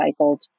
recycled